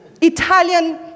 Italian